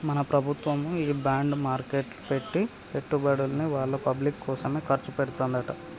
మన ప్రభుత్వము ఈ బాండ్ మార్కెట్లో పెట్టి పెట్టుబడుల్ని వాళ్ళ పబ్లిక్ కోసమే ఖర్చు పెడతదంట